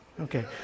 Okay